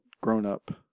grown-up